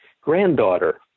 granddaughter